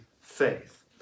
faith